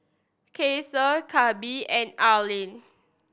Ceasar Gabe and Arleen